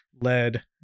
lead